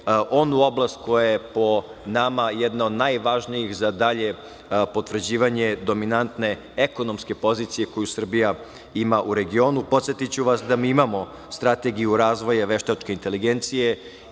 onu oblast koja je, po nama, jedna od najvažnijih za dalje potvrđivanje dominantne ekonomske pozicije koju Srbija ima u regionu. Podsetiću vas da mi imamo Strategiju razvoja veštačke inteligencije